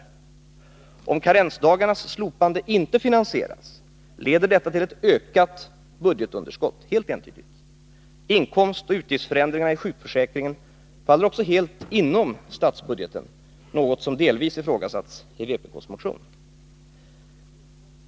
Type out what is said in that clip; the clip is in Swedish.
Om karensdagarnas slopande inte finansieras, leder 17 detta helt entydigt till ett ökat budgetunderskott. Inkomstoch utgiftsförändringarna i sjukförsäkringen faller också helt inom statsbudgeten, något som delvis ifrågasatts i vpk:s motion.